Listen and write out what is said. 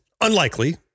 unlikely